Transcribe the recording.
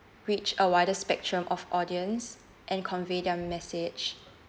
reach a wider spectrum of audience and convey their message